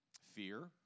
Fear